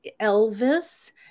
Elvis